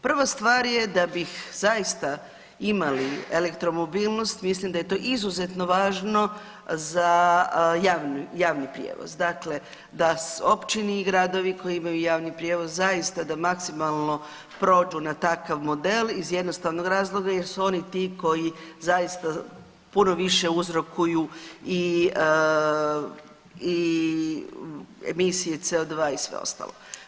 Prva stvar je da bih zaista imali elektromobilnost, mislim da je to izuzetno važno za javni prijevoz, dakle da općini i gradovi koji imaju javni prijevoz, zaista da maksimalno prođu na takav model iz jednostavnog razloga je su oni ti koji zaista puno više uzrokuju i emisije CO2 i sve ostalo.